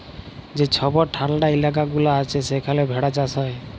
যে ছব ঠাল্ডা ইলাকা গুলা আছে সেখালে ভেড়া চাষ হ্যয়